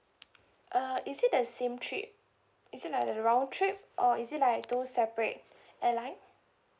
uh is it the same trip is it like the round trip or is it like two separate airline